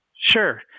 Sure